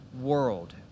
world